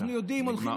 הזמן נגמר.